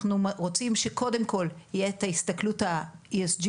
אנחנו רוצים שקודם כל תהיה את ההסתכלות של ה-ESG